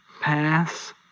pass